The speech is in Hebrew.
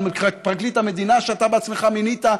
על פרקליט המדינה שאתה בעצמך מינית?